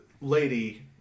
lady